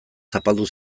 zapaldu